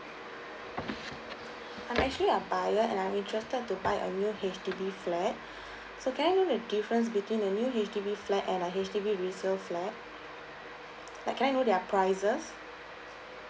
I'm actually a buyer and I'm interested to buy a new H_D_B flat so can I know the difference between the new H_D_B flat and a H_D_B resale flat like can I know their prices